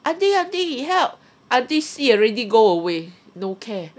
aunty aunty help aunty see already go away no care